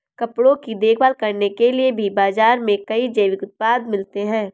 कपड़ों की देखभाल करने के लिए भी बाज़ार में कई जैविक उत्पाद मिलते हैं